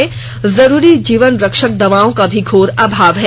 वहीं जरूरी जीवन रक्षक दवाओं का घोर अभाव है